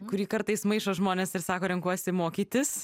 kurį kartais maišo žmonės ir sako renkuosi mokytis